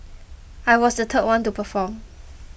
I was the third one to perform